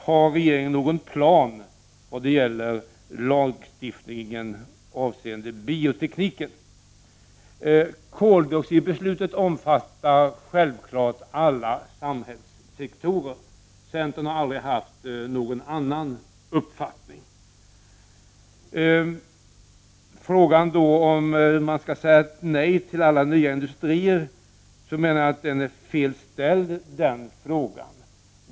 Har regeringen någon plan beträffande lagstiftningen avseende bioteknik? Koldioxidbeslutet omfattar självfallet alla samhällssektorer. Centern har aldrig haft någon annan uppfattning. Jag menar att frågan om att man skall säga nej till alla nya industrier är felaktigt ställd.